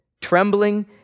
Trembling